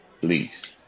please